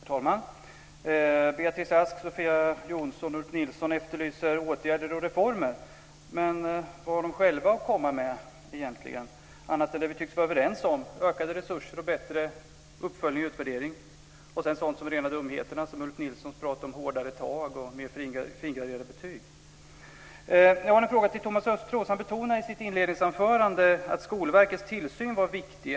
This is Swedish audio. Herr talman! Beatrice Ask, Sofia Jonsson och Ulf Nilsson efterlyser åtgärder och reformer. Men vad har de själva att komma med, annat än det vi tycks vara överens om, ökade resurser och bättre uppföljning och utvärdering. Vidare sådant som är rena dumheterna, som Ulf Nilsson pratade om, hårdare tag och mer fingraderade betyg. Jag har en fråga till Thomas Östros. Han betonade i sitt inledningsanförande att Skolverkets tillsyn var viktig.